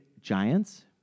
Giants